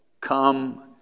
come